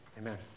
amen